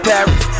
Paris